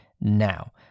now